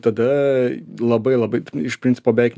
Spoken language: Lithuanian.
tada labai labai iš principo beveik